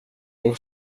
och